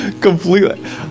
completely